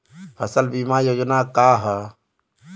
फसल बीमा योजना का ह?